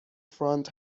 front